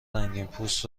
رنگینپوست